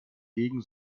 gegen